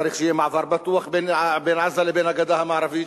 צריך שיהיה מעבר בטוח בין עזה לבין הגדה המערבית,